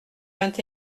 vingt